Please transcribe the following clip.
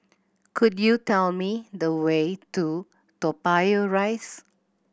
could you tell me the way to Toa Payoh Rise